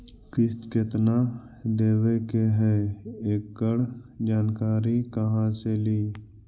किस्त केत्ना देबे के है एकड़ जानकारी कहा से ली?